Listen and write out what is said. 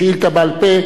בעל-פה,